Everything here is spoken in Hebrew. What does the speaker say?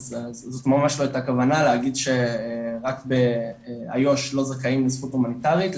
אז זאת ממש לא הייתה הכוונה להגיד שרק באיו"ש לא זכאים לזכות הומניטרית,